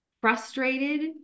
frustrated